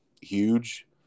huge